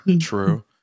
True